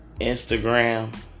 instagram